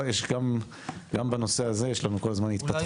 גם בנושא הזה יש לנו פה כל הזמן התפתחויות.